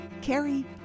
Carrie